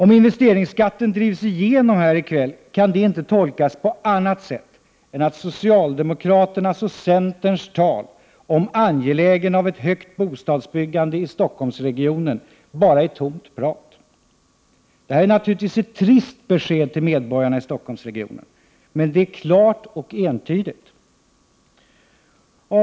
Om investeringsskatten drivs igenom här i kväll kan detta inte tolkas på annat sätt än att socialdemokraternas och centerns tal om angelägenheten av ett högt bostadsbyggande i Stockholmsregionen bara är tomt prat. Detta är naturligtvis ett trist besked till medborgarna i Stockholmsregionen. Det är dock klart och entydigt. Fru talman!